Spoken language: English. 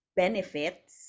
benefits